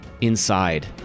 Inside